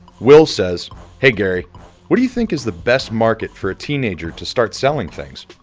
will says hey gary what do you think is the best market for a teenager to start selling things?